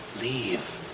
leave